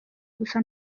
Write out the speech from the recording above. gusa